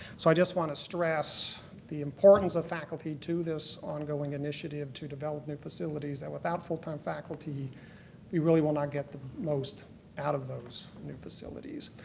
so i just want to stress the importance of faculty to this ongoing initiative to develop new facilities, that without full-time faculty you really will not get the most out of those new facilities.